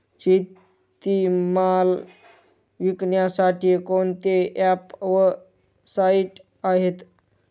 शेतीमाल विकण्यासाठी कोणते ॲप व साईट आहेत?